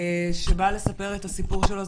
שבא לספר את הסיפור שלו.